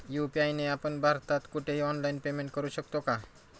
UPI ने आपण भारतात कुठेही ऑनलाईन पेमेंट करु शकतो का?